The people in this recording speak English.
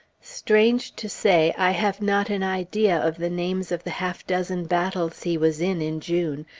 strange to say, i have not an idea of the names of the half-dozen battles he was in, in june,